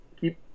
keep